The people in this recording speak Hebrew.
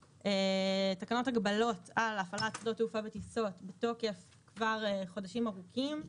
תקנות הגבלות על הפעלת שדות תעופה וטיסות בתוקף כבר חודשים ארוכים,